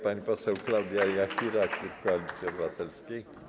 Pani poseł Klaudia Jachira, klub Koalicji Obywatelskiej.